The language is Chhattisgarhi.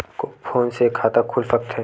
फोन से खाता खुल सकथे?